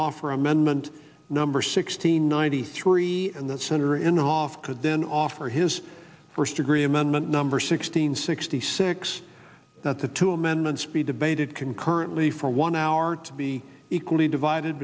offer amendment number sixteen ninety three and that senator in off could then offer his first degree amendment number sixteen sixty six that the two amendments be debated concurrently for one hour to be equally divided